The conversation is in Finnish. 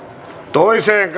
toiseen